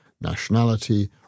nationality